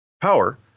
power